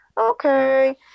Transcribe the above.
okay